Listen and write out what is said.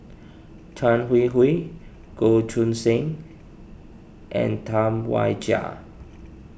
Tan Hwee Hwee Goh Choo San and Tam Wai Jia